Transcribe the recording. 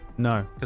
No